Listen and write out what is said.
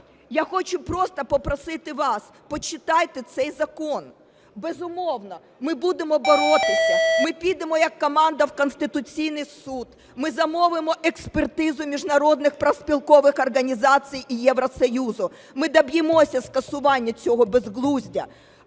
Я хочу просто попросити вас, почитайте цей закон. Безумовно, ми будемо боротися. Ми підемо як команда в Конституційний Суд. Ми замовимо експертизу міжнародних профспілкових організацій і Євросоюзу. Ми доб'ємося скасування цього безглуздя.